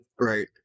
Right